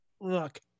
look